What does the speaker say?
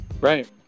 Right